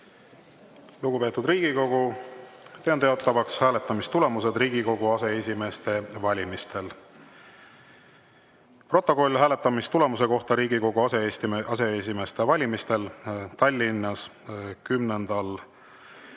Lugupeetud Riigikogu, teen teatavaks hääletamistulemused Riigikogu aseesimeeste valimistel. Protokoll hääletamistulemuste kohta Riigikogu aseesimeeste valimisel. Tallinnas 10.